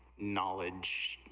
knowledge